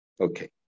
Okay